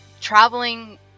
traveling